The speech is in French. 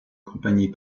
compagnie